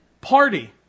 party